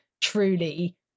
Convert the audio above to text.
truly